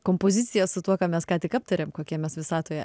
kompozicija su tuo ką mes ką tik aptarėm kokie mes visatoje